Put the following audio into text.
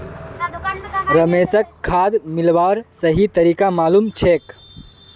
रमेशक खाद मिलव्वार सही तरीका मालूम छेक